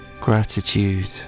gratitude